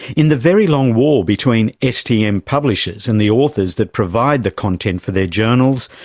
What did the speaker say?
in the very long war between stm publishers and the authors that provide the content for their journals,